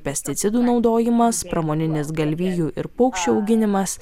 pesticidų naudojimas pramoninis galvijų ir paukščių auginimas